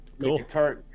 cool